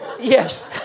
Yes